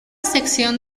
sección